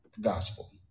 gospel